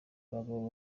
abagabo